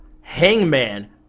Hangman